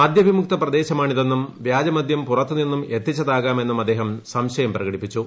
മദ്യവിമുക്ത പ്രദേശമാണിതെന്നും വ്യാജ മദ്യം പുറത്തു നിന്നും എത്തിച്ചതാകാമെന്നും അദ്ദേഹം സംശയം പ്രകടിപ്പിച്ചു